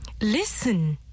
Listen »,«